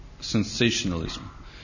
sensationalism